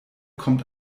kommt